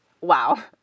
Wow